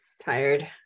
tired